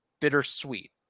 bittersweet